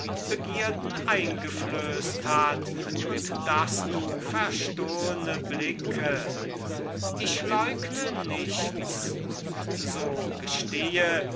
begierden eingeflößt hat und daß du verstohlne blicke ich leugne nichts so gestehe